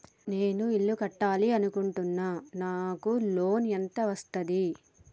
నేను ఇల్లు కట్టాలి అనుకుంటున్నా? నాకు లోన్ ఎంత వస్తది?